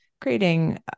creating